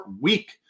week